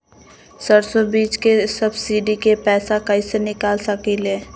सरसों बीज के सब्सिडी के पैसा कईसे निकाल सकीले?